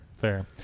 Fair